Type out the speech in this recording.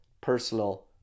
personal